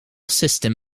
system